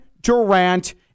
Durant